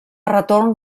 retorn